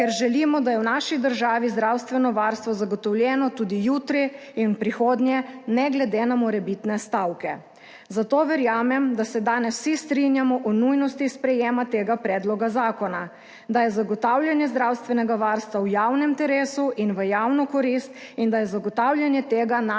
ker želimo, da je v naši državi zdravstveno varstvo zagotovljeno tudi jutri in v prihodnje, 21. TRAK: (TB) - 14.30 (nadaljevanje) ne glede na morebitne stavke. Zato verjamem, da se danes vsi strinjamo o nujnosti sprejema tega predloga zakona, da je zagotavljanje zdravstvenega varstva v javnem interesu in v javno korist in da je zagotavljanje tega naša